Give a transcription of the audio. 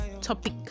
topic